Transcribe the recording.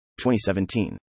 2017